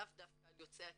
לאו דווקא על יוצאי הקהילה,